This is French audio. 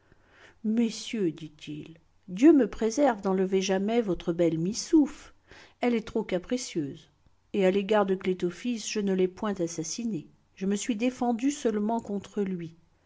messieurs dit-il dieu me préserve d'enlever jamais votre belle missouf elle est trop capricieuse et à l'égard de clétofis je ne l'ai point assassiné je me suis défendu seulement contre lui